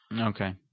Okay